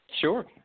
sure